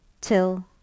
till